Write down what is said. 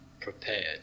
prepared